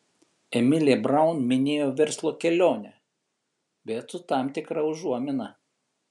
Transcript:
emilė braun minėjo verslo kelionę bet su tam tikra užuomina